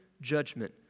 judgment